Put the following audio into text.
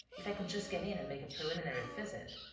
if i could just get in and make a preliminary visit!